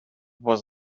was